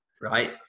right